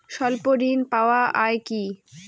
স্বল্প ঋণ পাওয়া য়ায় কি?